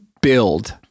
build